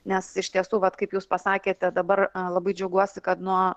nes iš tiesų vat kaip jūs pasakėte dabar labai džiaugiuosi kad nuo